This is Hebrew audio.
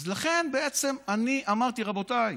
אז לכן בעצם אמרתי: רבותיי,